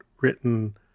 written